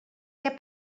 què